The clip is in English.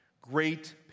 Great